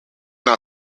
not